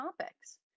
topics